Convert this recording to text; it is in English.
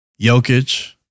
Jokic